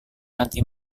nanti